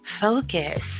focus